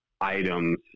items